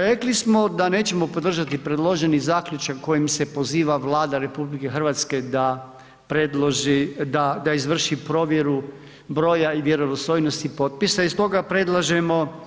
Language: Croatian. Rekli smo da nećemo podržati predloženi zaključak kojim se poziva Vlada RH da predloži, da izvrši provjeru broja i vjerodostojnosti potpisa i stoga predlažemo